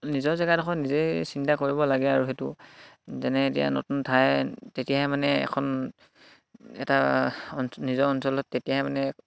নিজৰ জেগাডখৰ নিজেই চিন্তা কৰিব লাগে আৰু সেইটো যেনে এতিয়া নতুন ঠাই তেতিয়াহে মানে এখন এটা নিজৰ অঞ্চলত তেতিয়াহে মানে